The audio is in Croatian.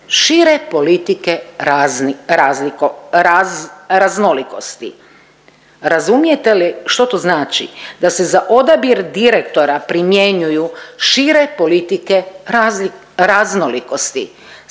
šire politike raznolikosti. Razumijete li što to znači? Da se za odabir direktora primjenjuju šire politike raznolikosti?